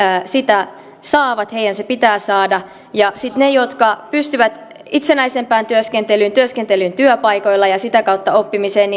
sitä saavat heidän se pitää saada ja sitten niille jotka pystyvät itsenäisempään työskentelyn työskentelyyn työpaikoilla ja sitä kautta oppimiseen